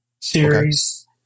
series